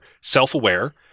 self-aware